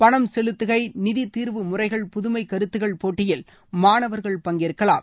பணம் செலுத்துகை நிதி தீர்வு முறைகள் புதுமை கருத்துக்கள் போட்டியில் மாணவர்கள் பங்கேற்கலாம்